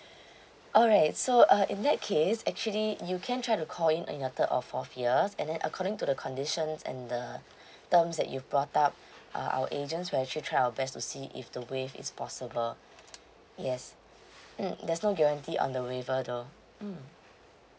alright so uh in that case actually you can try to call in the third or fourth year and then according to the conditions and the terms that you brought up uh our agent will actually try our best to see if the waive is possible yes mm there's no guarantee on the waiver though mm